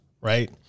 right